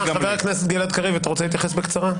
חבר הכנסת גלעד קריב, אתה רוצה להתייחס בקצרה?